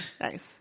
Nice